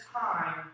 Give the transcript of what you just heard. time